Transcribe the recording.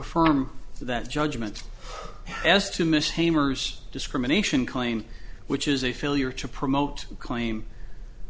affirm that judgments as to miss hammer's discrimination claim which is a failure to promote a claim